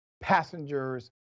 passengers